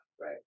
right